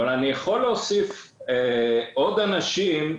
ואני יכול הוסיף לטלפון עוד אנשים.